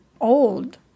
old